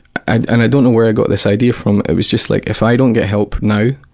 i and i don't know where i got this idea from, it was just like if i don't get help now,